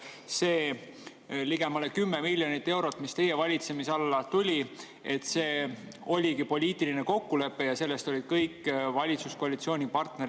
see ligemale 10 miljonit eurot, mis teie valitsemise alla tuli, oligi poliitiline kokkulepe ja sellest olid kõik valitsuskoalitsiooni partnerid